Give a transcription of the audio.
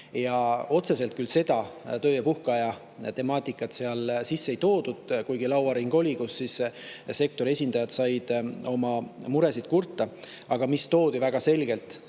Otseselt küll seda töö- ja puhkeaja temaatikat seal sisse ei toodud, kuigi lauaring oli, kus sektori esindajad said oma muresid kurta, aga mis toodi väga selgelt